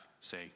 say